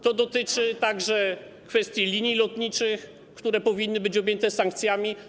To dotyczy także kwestii linii lotniczych, które powinny być objęte sankcjami.